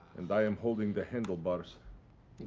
and i am holding the handlebars.